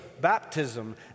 baptism